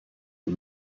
and